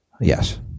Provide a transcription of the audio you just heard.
Yes